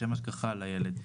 לשם השגחה על הילד.